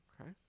Okay